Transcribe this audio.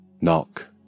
Knock